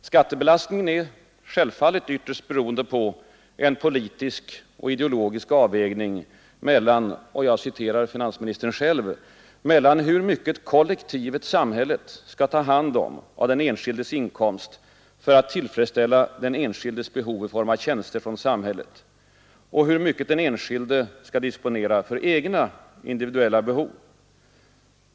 Skattebelastningen är självfallet ytterst beroende på en politisk och ideologisk avvägning mellan — jag citerar finansministern själv — ”hur mycket kollektivet-samhället skall ta hand om av den enskildes inkomst för att tillfredsställa den enskildes behov i form av tjänster från samhället och hur mycket den enskilde skall disponera för egna individuella behov”.